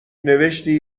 نوشتی